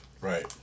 Right